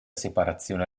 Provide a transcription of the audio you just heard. separazione